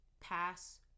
pass